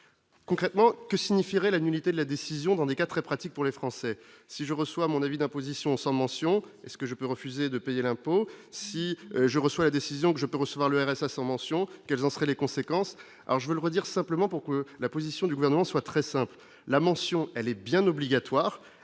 Concrètement que signifierait la nullité de la décision, dans des cas très pratique pour les Français, si je reçois mon avis d'imposition, sans mention et ce que je peux refuser de payer l'impôt si je reçois la décision que je peux recevoir le RSA sans mention quelles en seraient les conséquences, alors je veux le redire, simplement pour que la position du gouvernement soit très simple, la mention, elle est bien obligatoire,